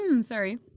Sorry